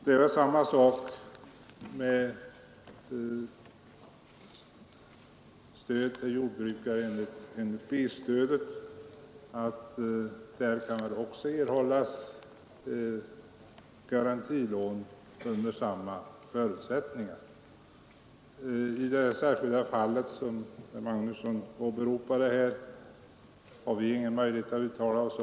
Det är samma sak med stöd till andra åtgärder inom jordbruket. I det särskilda fall som herr Magnusson åberopade har vi här i riksdagen ingen möjlighet att uttala oss.